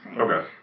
Okay